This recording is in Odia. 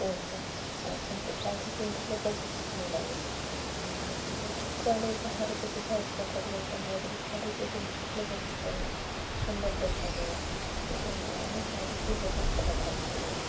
ପିନ୍ଧିବା ଏଁ କିନ୍ତୁ ଶାଢ଼ୀ ପିନ୍ଧିଲେ ବହୁତ ଭଲ ଲାଗେ କୁଆଡ଼େ ବାହାରକୁ ଯିବାଆସିବା କରିବା ସମୟରେ ଶାଢ଼ୀଟେ ପିନ୍ଧିଥିଲେ ବହୁତ ସୁନ୍ଦର ଦେଖାଯାଏ ଆମେ ଶାଢ଼ୀକି ବହୁତ ପ୍ରାଧାନ୍ୟ ଦେଉ